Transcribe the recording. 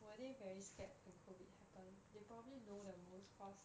where they very scared when COVID happened they probably know the most cause